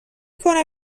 کنم